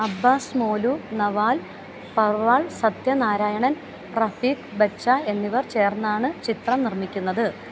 Abbas Molu Naval Parwal Satya Narayanan Rafiq Bachcha എന്നിവർ ചേർന്നാണ് ചിത്രം നിർമ്മിക്കുന്നത്